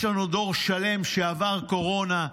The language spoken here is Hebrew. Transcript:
יש לנו דור שלם שעבר קורונה,